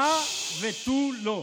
הא ותו לא.